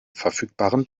verfügbaren